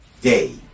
day